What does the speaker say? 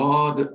God